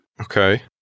Okay